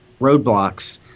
roadblocks